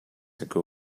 ago